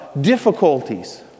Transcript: difficulties